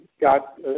got